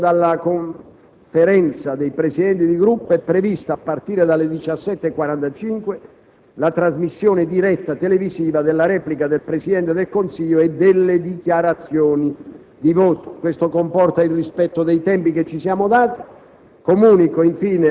Come richiesto dalla Conferenza dei Presidenti dei Gruppi parlamentari, è prevista, a partire dalle ore 17,45, la trasmissione diretta televisiva della replica del Presidente del Consiglio e delle dichiarazioni di voto. Questo comporta il rispetto dei tempi che ci siamo dati.